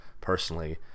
personally